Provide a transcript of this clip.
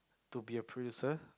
to be a producer